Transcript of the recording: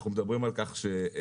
אנחנו מדברים על כך שבשוויץ,